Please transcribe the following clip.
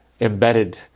embedded